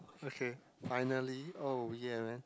okay finally oh ya man